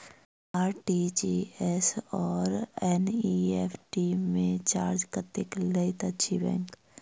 RTGS आओर NEFT मे charge कतेक लैत अछि बैंक?